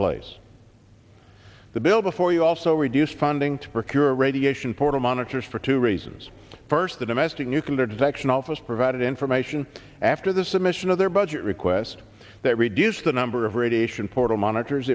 place the bill before you also reduce funding to procure a radiation portal monitors for two reasons first the domestic nuclear defection office provided information after the submission of their budget request that reduce the number of radiation portal monitors